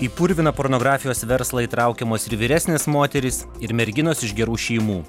į purviną pornografijos verslą įtraukiamos ir vyresnės moterys ir merginos iš gerų šeimų